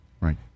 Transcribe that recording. Right